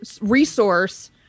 resource